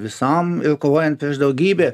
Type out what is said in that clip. visam ir kovojant prieš daugybę